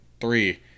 three